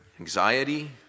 Anxiety